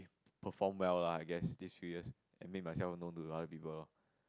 perform well lah I guess these few years I made myself known to the other people loh